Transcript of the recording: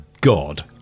God